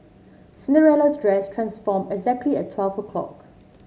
Cinderella's dress transformed exactly at twelve o'clock